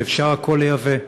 שאפשר לייבא הכול.